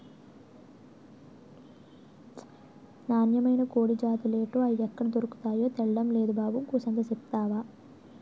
నాన్నమైన కోడి జాతులేటో, అయ్యెక్కడ దొర్కతాయో తెల్డం నేదు బాబు కూసంత సెప్తవా